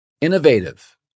Innovative